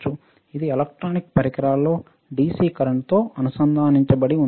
ఇది ఎలక్ట్రానిక్ పరికరాల్లో DC కరెంట్తో అనుబంధించబడింది